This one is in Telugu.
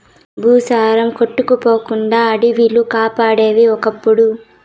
భూసారం కొట్టుకుపోకుండా అడివిలు కాపాడేయి ఒకప్పుడు